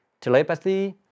telepathy